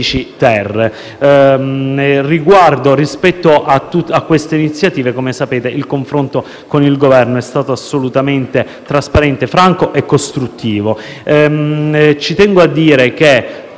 Rispetto a tali iniziative - come sapete - il confronto con il Governo è stato assolutamente trasparente, franco e costruttivo.